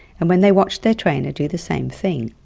and when they watched their trainer do the same thing.